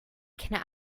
can